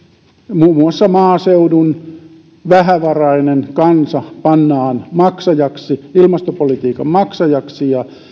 muun muassa maaseudun vähävarainen kansa pannaan ilmastopolitiikan maksajaksi ja